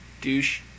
Douche